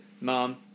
Mom